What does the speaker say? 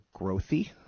growthy